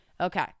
Okay